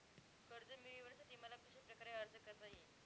कर्ज मिळविण्यासाठी मला कशाप्रकारे अर्ज करता येईल?